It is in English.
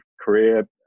career